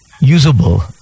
usable